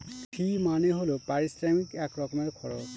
ফি মানে হল পারিশ্রমিক এক রকমের খরচ